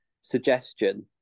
suggestion